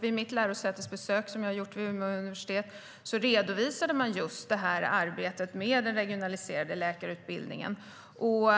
Vid mitt lärosätesbesök vid Umeå universitet redovisade man just arbetet med den regionaliserade läkarutbildningen och